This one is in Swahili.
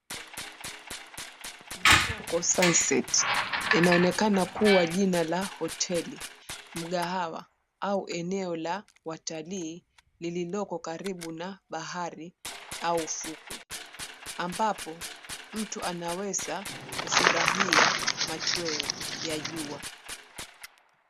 Sunset inaoneka kuwa jina la hoteli, mgahawa ama eneo la watalii lililoko karibu na bahari au ufukwe ambapo mtu anaweza kufurahia machweo ya jua.